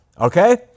Okay